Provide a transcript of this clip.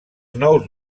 nous